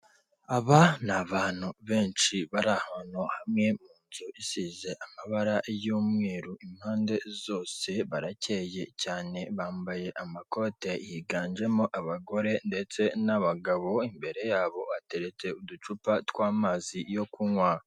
Aba ni abantu benshi bari ahantu hamwe mu nzu isize amabara y'umweru, impande zose barakeyeye cyane bambaye amakoti higanjemo abagore ndetse n'abagabo, imbere yabo hateretse uducupa tw'amazi yo kunywa.